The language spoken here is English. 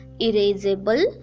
Erasable